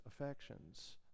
affections